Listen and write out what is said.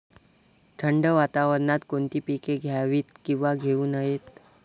थंड वातावरणात कोणती पिके घ्यावीत? किंवा घेऊ नयेत?